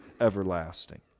everlasting